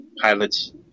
pilots